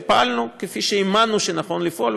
פעלנו כפי שהאמנו שנכון לפעול,